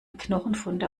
knochenfunde